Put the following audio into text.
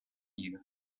you